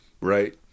right